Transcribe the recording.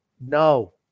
no